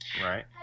right